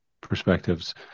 perspectives